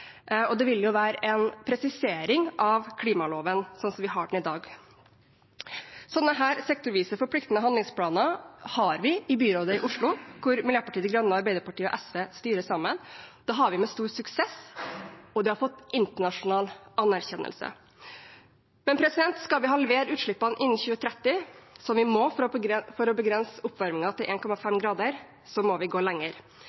og det vil være en presisering av klimaloven sånn som den er i dag. Sånne sektorvise forpliktende handlingsplaner har vi i byrådet i Oslo, der Miljøpartiet De Grønne, Arbeiderpartiet og SV styrer sammen. Det har vi med stor suksess, og det har fått internasjonal anerkjennelse. Men skal vi halvere utslippene innen 2030, som vi må for å begrense oppvarmingen til 1,5 grader, må vi gå lenger.